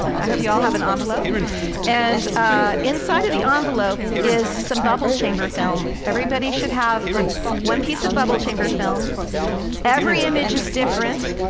i hope you all have an envelope and inside of the envelope is some bubble chamber film. everybody should have one piece of bubble chamber film every image is different.